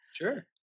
Sure